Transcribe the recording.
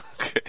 Okay